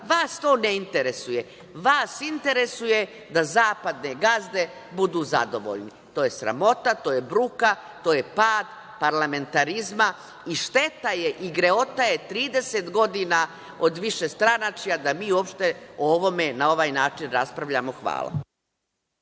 vas to ne interesuje. Vas interesuje da zapadne gazde budu zadovoljne. To je sramota, to je bruka, to je pad parlamentarizma, šteta je i grehota što 30 godina od višestranačja da mi uopšte o ovome na ovaj način raspravljamo. Hvala.